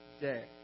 day